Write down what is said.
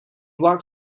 walked